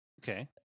okay